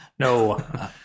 No